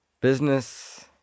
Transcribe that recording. Business